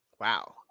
Wow